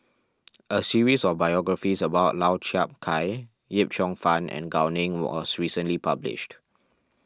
a series of biographies about Lau Chiap Khai Yip Cheong Fun and Gao Ning was recently published